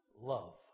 love